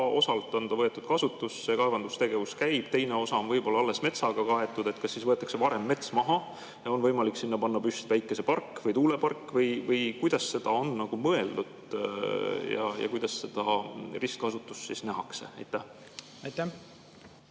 osalt võetud kasutusse, kaevandustegevus käib, teine osa on võib-olla alles metsaga kaetud, siis kas võetakse varem mets maha, on sinna võimalik panna püsti päikesepark või tuulepark või kuidas seda on mõeldud? Kuidas seda ristkasutust nähakse? Aitäh!